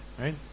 right